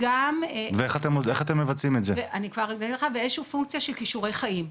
ואיזו שהיא פונקציה של כישורי חיים.